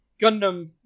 Gundam